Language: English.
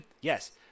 Yes